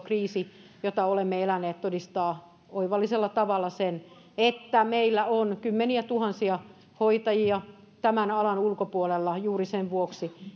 kriisi jota olemme eläneet todistaa oivallisella tavalla sen että meillä on kymmeniätuhansia hoitajia tämän alan ulkopuolella juuri sen vuoksi